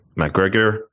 McGregor